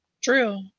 true